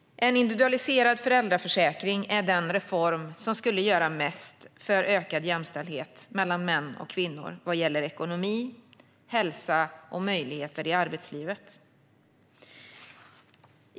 En individualiserad föräldraförsäkring är den reform som skulle göra mest för ökad jämställdhet mellan män och kvinnor vad gäller ekonomi, hälsa och möjligheter i arbetslivet.